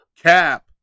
Cap